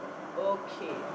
okay